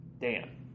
Dan